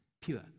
Pure